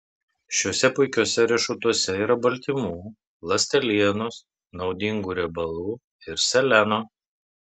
šiuose puikiuose riešutuose yra baltymų ląstelienos naudingų riebalų ir seleno